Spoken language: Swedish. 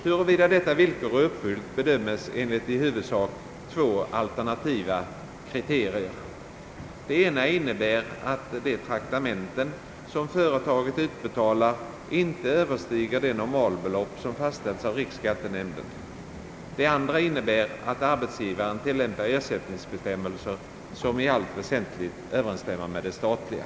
Huruvida detta villkor är uppfyllt bedömes enligt i huvudsak två alternativa kriterier. Det ena innebär att de traktamenten som företaget utbetalar inte överstiger det normalbelopp, som fastställts av riksskattenämnden. Det andra innebär att arbetsgivaren tillämpar ersättningsbestämmelser som i allt väsentligt överensstämmer med de statliga.